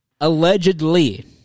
allegedly